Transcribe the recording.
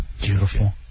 Beautiful